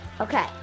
Okay